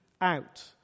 out